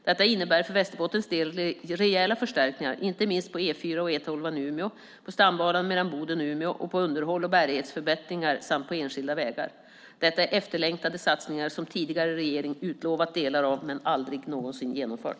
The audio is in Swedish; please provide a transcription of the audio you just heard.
Detta innebär för Västerbottens del rejäla förstärkningar, inte minst på E4 och E12 i Umeå, på stambanan mellan Boden och Umeå, på underhåll och bärighetsförbättringar samt på enskilda vägar. Detta är efterlängtade satsningar som tidigare regering utlovat delar av men aldrig någonsin genomfört.